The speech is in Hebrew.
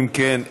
אם כן,